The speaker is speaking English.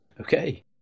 Okay